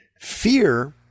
Fear